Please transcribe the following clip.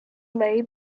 lay